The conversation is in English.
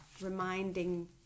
reminding